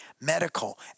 medical